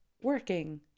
working